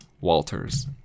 Walters